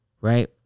right